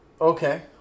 Okay